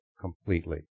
completely